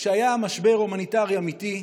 כשהיה משבר הומניטרי אמיתי,